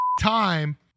time